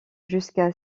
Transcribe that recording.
jusqu’à